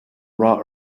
raw